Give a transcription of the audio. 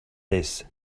this